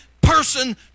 person